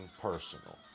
personal